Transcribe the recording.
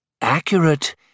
Accurate